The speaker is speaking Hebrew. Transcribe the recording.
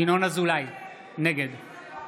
נגד